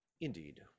indeed